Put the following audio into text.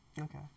Okay